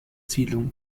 siedlung